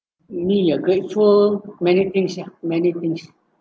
need your grateful many things ya many things